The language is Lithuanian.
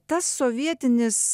tas sovietinis